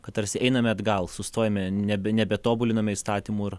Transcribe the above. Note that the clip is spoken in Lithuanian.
kad tarsi einame atgal sustojame nebe nebetobuliname įstatymų ir